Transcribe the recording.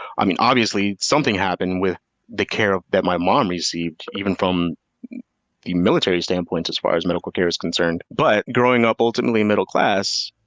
i mean, something happened with the care that my mom received even from the military standpoint as far as medical care is concerned. but growing up ultimately middle class